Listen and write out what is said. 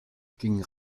gingen